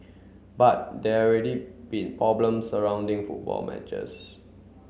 but there already been problem surrounding football matches